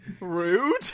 Rude